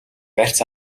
барьц